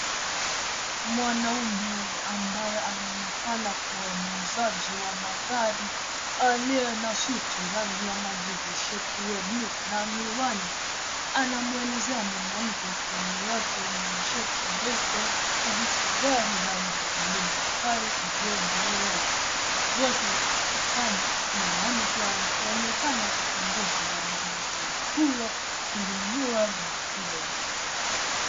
Mwanaume ambaye anaonekana kuwa muuzaji wa magari aliye na suti rangi ya majivu, sheti ya bluu na miwani. Anamwelezea mwanamke kando yake mwenye sheti nyeupe kuhusu gari rangi ya bluu bahari iliyo mbele yao. Wote wanatabasamu huku mwanamke akionekana kutongozwa na muuzaji huyo kulinunua gari hilo.